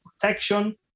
protection